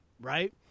right